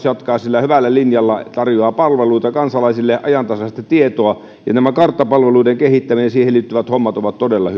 jatkaa hyvällä linjalla ja tarjoaa palveluita kansalaisille ja ajantasaista tietoa näiden karttapalveluiden kehittäminen ja siihen liittyvät hommat ovat todella